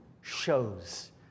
shows